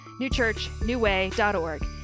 newchurchnewway.org